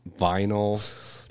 vinyl